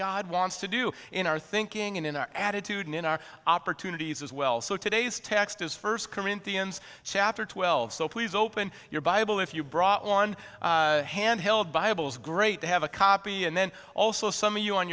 god wants to do in our thinking and in our attitude and in our opportunities as well so today's text is first corinthians chapter twelve so please open your bible if you brought one hand held bibles great to have a copy and then also some of you on